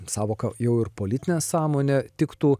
sąvoka jau ir politinė sąmonė tiktų